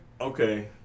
Okay